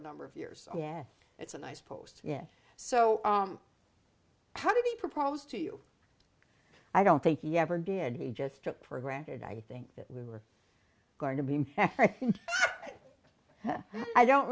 a number of years yes it's a nice post yeah so how do you propose to you i don't think he ever did he just took for granted i think that we were going to be i don't